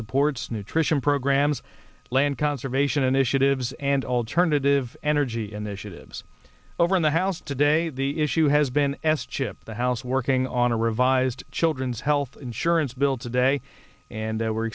supports nutrition programs land conservation an issue divs and alternative energy and the shivs over in the house today the issue has been s chip the house working on a revised children's health insurance bill today and they were